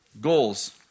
Goals